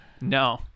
No